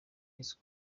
miss